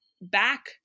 back